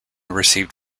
received